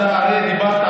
אתה הרי דיברת,